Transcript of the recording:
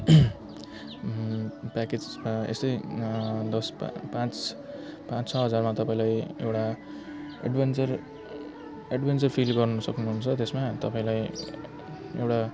package यस्तै दस पाँच पाँच छ हजारमा तपाईँलाई एउटा एडभेन्चर एडभेन्चर फिल गर्नु सक्नु हुन्छ त्यसमा तपाईँलाई एउटा